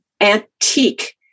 antique